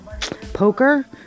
poker